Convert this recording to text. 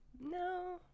no